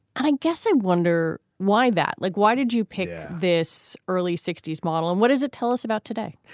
i guess i wonder why that like why did you pick this early sixty s model and what does it tell us about today?